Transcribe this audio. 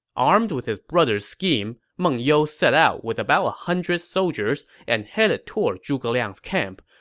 armed with his brother's scheme, meng you set out with about a hundred soldiers and headed toward zhuge liang's camp,